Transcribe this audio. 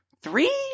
three